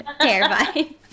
terrifying